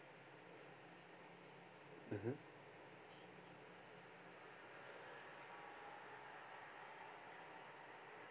mmhmm